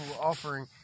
offering